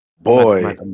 Boy